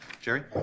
Jerry